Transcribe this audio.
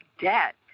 debt